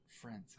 friends